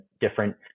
different